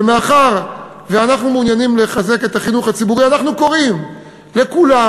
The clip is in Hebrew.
ומאחר שאנחנו מעוניינים לחזק את החינוך הציבורי אנחנו קוראים לכולם,